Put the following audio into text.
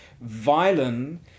violin